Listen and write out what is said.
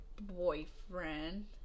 boyfriend